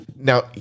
Now